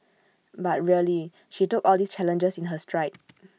but really she took all these challenges in her stride